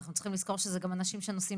אנחנו צריכים לזכור שזה גם אנשים שנוסעים